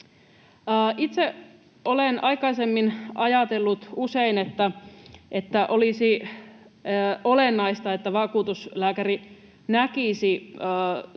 Itse olen aikaisemmin ajatellut usein, että olisi olennaista, että vakuutuslääkäri näkisi